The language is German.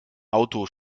auto